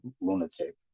lunatic